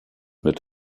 mit